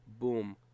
boom